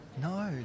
No